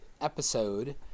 episode